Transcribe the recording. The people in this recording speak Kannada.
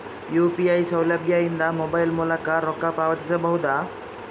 ಯು.ಪಿ.ಐ ಸೌಲಭ್ಯ ಇಂದ ಮೊಬೈಲ್ ಮೂಲಕ ರೊಕ್ಕ ಪಾವತಿಸ ಬಹುದಾ?